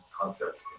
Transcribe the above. concept